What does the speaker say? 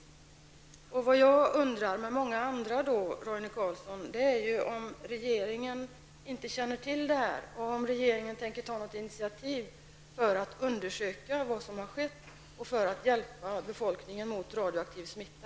Jag och många andra undrar, Roine Carlsson, om regeringen inte känner till detta och om regeringen inte tänker ta något initiativ för att undersöka vad som har skett och för att hjälpa befolkningen mot radioaktiv smitta.